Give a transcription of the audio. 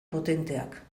potenteak